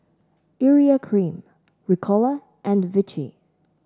Urea Cream Ricola and Vichy